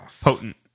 Potent